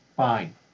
fine